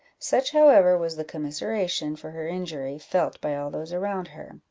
such, however, was the commiseration for her injury felt by all those around her,